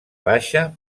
baixa